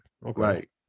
Right